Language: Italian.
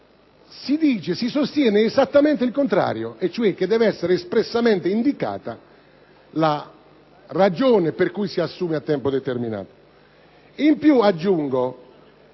si sostiene esattamente il contrario, vale a dire che deve essere espressamente indicata la ragione per cui si assume a tempo indeterminato.